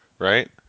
Right